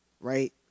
right